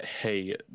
hey